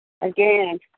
Again